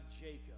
Jacob